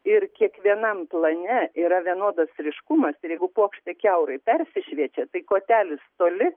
ir kiekvienam plane yra vienodas ryškumas ir jeigu plokštė kiaurai persišviečia tai kotelis toli